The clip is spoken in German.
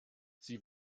sie